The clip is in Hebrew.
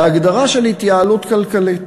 בהגדרה של התייעלות כלכלית.